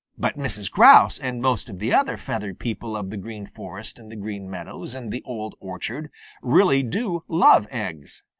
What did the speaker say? but mrs. grouse and most of the other feathered people of the green forest and the green meadows and the old orchard really do love eggs.